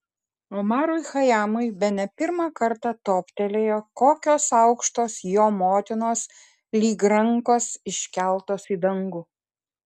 omarui chajamui bene pirmą kartą toptelėjo kokios aukštos jo motinos lyg rankos iškeltos į dangų